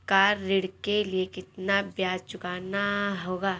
Car ऋण के लिए कितना ब्याज चुकाना होगा?